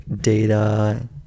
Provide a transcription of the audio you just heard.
data